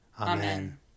Amen